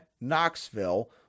Knoxville